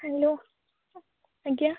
hello ଆଜ୍ଞା